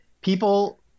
People